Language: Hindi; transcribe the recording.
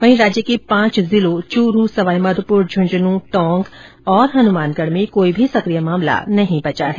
वहीं राज्य के पांच जिलों चूरू सवाई माधोपुर झुंझुनूं टोंक और हनुमानगढ़ में कोई भी सकिय मामला नहीं बचा है